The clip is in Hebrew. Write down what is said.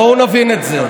בואו נבין את זה.